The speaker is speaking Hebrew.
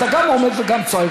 אתה גם עומד וגם צועק,